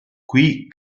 qui